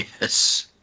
yes